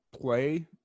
play